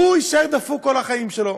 הוא יישאר דפוק כל החיים שלו.